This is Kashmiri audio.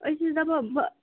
أسۍ ٲسۍ دَپان بہ